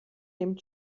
dem